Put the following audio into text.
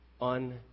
on